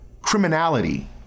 criminality